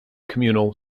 communal